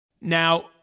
Now